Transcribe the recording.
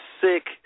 sick